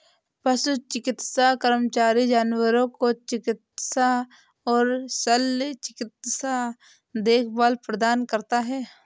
पशु चिकित्सा कर्मचारी जानवरों को चिकित्सा और शल्य चिकित्सा देखभाल प्रदान करता है